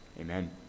Amen